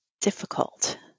difficult